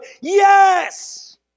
Yes